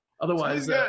Otherwise –